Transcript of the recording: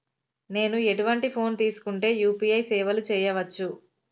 నేను ఎటువంటి ఫోన్ తీసుకుంటే యూ.పీ.ఐ సేవలు చేయవచ్చు?